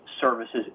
services